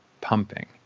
pumping